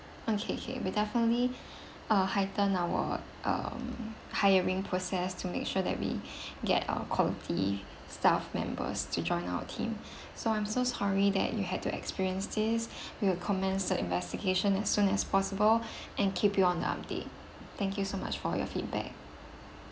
okay ~ K we definitely uh heightened our um hiring process to make sure that we get uh quality staff members to join our team so I'm so sorry that you had to experiences this we will commence the investigation as soon as possible and keep you on the update thank you so much for your feedback